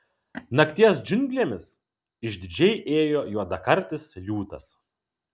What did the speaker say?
nakties džiunglėmis išdidžiai ėjo juodakartis liūtas